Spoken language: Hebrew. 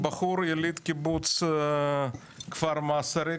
הבחור יליד קיבוץ כפר מסריק.